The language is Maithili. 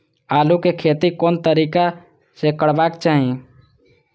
आलु के खेती कोन तरीका से करबाक चाही?